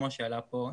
כמו שעלה פה.